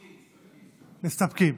מסתפקים.